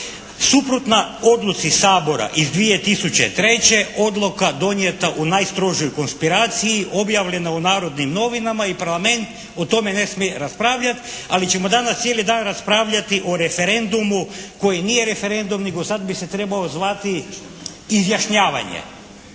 Suprotna odluci Sabora iz 2003. odluka donijeta u najstrožoj konspiraciji objavljena u Narodnim novinama i Parlament o tome ne smije raspravljati. Ali ćemo danas cijeli dan raspravljati o referendumu koji nije referendum, nego sad bi se trebao zvati izjašnjavanje.